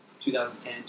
2010